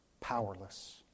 powerless